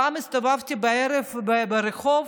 פעם הסתובבתי בערב ברחוב,